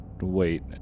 wait